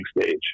stage